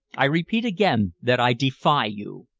i repeat again that i defy you!